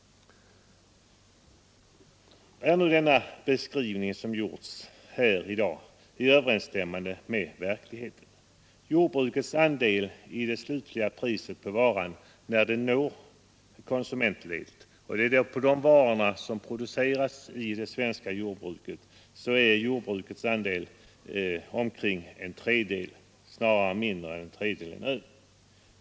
Är nu denna beskrivning, som gjorts här i dag, överensstämmande med verkligheten? Av de varor som produceras i det svenska jordbruket är jordbrukets andel i det slutliga priset på varan när denna når konsumentledet omkring en tredjedel.